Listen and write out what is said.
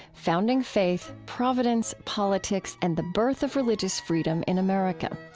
founding faith providence, politics, and the birth of religious freedom in america.